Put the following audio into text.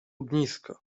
ognisko